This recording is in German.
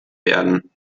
werden